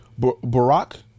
Barack